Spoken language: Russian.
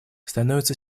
становится